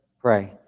pray